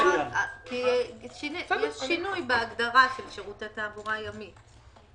יש שינוי בהגדרה של שירותי תעבורה ימית.